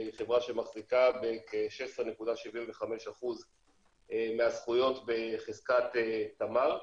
היא חברה שמחזיקה בכ-16.75% מהזכויות בחזקת תמר.